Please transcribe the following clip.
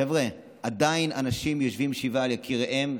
חבר'ה, עדיין אנשים יושבים שבעה על יקיריהם.